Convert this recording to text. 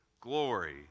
glory